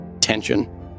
tension